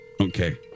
Okay